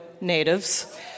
natives